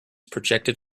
projected